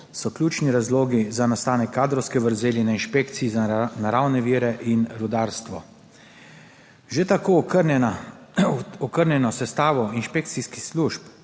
so ključni razlogi za nastanek kadrovske vrzeli na Inšpekciji za naravne vire in rudarstvo. Že tako okrnjeno sestavo inšpekcijskih služb,